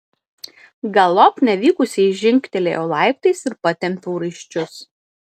galop nevykusiai žingtelėjau laiptais ir patempiau raiščius